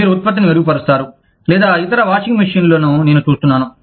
మీరు ఉత్పత్తిని మెరుగుపరుస్తారు లేదా ఇతర వాషింగ్ మెషీన్లను నేను చూస్తున్నాను